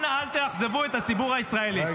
אנא, אל תאכזבו את הציבור הישראלי.